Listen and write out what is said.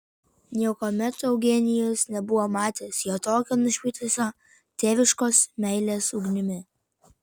niekuomet eugenijus nebuvo matęs jo tokio nušvitusio tėviškos meilės ugnimi